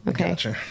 Okay